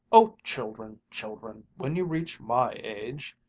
oh, children, children! when you reach my age,